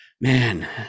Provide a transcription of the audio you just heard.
man